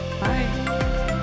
Bye